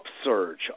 upsurge